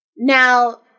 Now